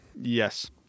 yes